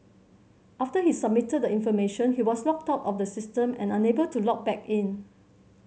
after he submitted the information he was logged out of the system and unable to log back in